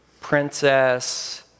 Princess